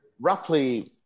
roughly